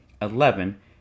Eleven